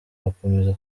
bakomeza